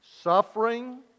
suffering